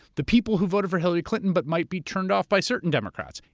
the people who voted for hillary clinton, but might be turned off by certain democrats.